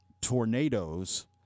tornadoes